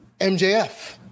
MJF